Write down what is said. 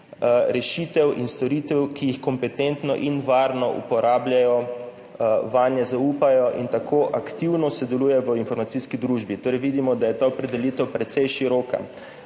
rešitev in storitev, ki jih kompetentno in varno uporabljajo, vanje zaupajo in tako aktivno sodelujejo v informacijski družbi. Torej vidimo, da je ta opredelitev precej široka.